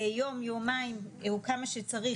ביום-יומיים או כמה שצריך,